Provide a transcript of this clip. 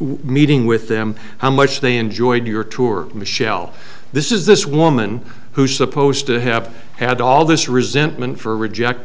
we needing with them how much they enjoyed your tour in the shell this is this woman who's supposed to have had all this resentment for reject